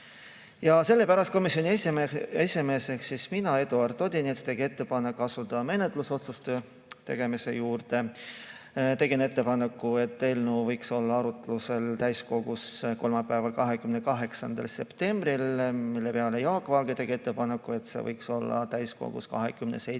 Sellepärast tegin komisjoni esimehena mina, Eduard Odinets, ettepaneku asuda menetlusotsuste tegemise juurde. Tegin ettepaneku, et eelnõu võiks olla arutlusel täiskogus kolmapäeval, 28. septembril, mille peale Jaak Valge tegi ettepaneku, et see võiks olla täiskogus 27.